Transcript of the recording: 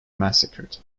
massacred